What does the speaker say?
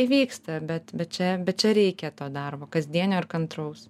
įvyksta bet bet čia bet čia reikia to darbo kasdienio ir kantraus